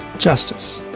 justice.